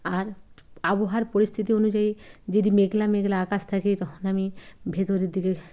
আর আবহাওয়ার পরিস্থিতি অনুযায়ী যদি মেঘলা মেঘলা আকাশ থাকে তখন আমি ভিতরের দিকে